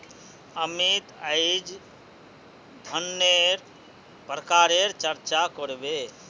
अमित अईज धनन्नेर प्रकारेर चर्चा कर बे